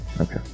Okay